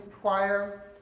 Choir